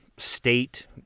State